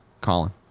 Colin